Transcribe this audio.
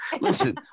listen